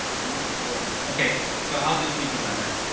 you have the floor. okay. so i'll just read the letter.